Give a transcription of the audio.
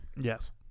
Yes